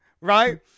right